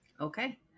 Okay